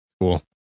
Cool